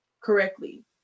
correctly